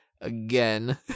again